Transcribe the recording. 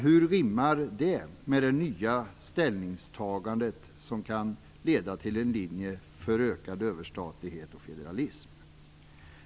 Hur rimmar det med det nya ställningstagande som kan leda till en linje för ökad överstatlighet och federalism?